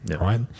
Right